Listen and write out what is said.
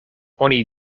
oni